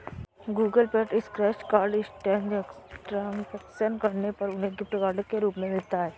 Google Pay पर scratch card transaction करने पर उन्हें गिफ्ट कार्ड के रूप में मिलता है